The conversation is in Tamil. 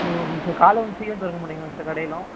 ஓகேங்க சார் காலைல கொஞ்சம் சீக்கரம் திறக்கமாட்டிங்களா சார் கடையெல்லாம்